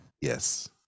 yes